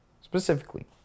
Specifically